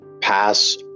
pass